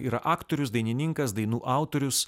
yra aktorius dainininkas dainų autorius